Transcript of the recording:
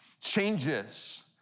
changes